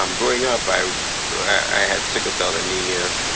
um growing up, i i had sickle cell anemia.